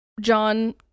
john